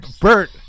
Bert